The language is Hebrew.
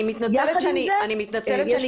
אני מתנצלת שאני קוטעת אותך ---- יחד עם זה יש